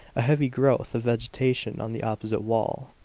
a heavy growth of vegetation on the opposite wall.